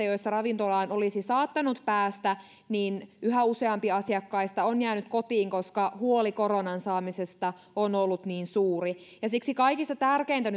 joissa ravintolaan olisi saattanut päästä yhä useampi asiakkaista on jäänyt kotiin koska huoli koronan saamisesta on ollut niin suuri siksi kaikista tärkeintä